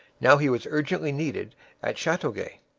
now he was urgently needed at chateauguay.